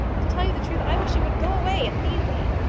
to tell you the truth, i wish you would go away, and leave me.